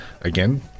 again